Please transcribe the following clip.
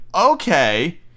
okay